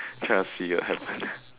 trust you will have fun ah